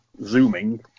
Zooming